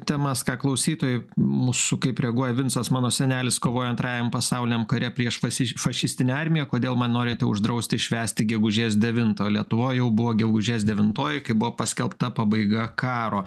temas ką klausytojai mūsų kaip reaguoja vincas mano senelis kovojo antrajam pasauliniam kare prieš fasi fašistinę armiją kodėl man norite uždrausti švęsti gegužės devintą lietuvoj jau buvo gegužės devintoji kai buvo paskelbta pabaiga karo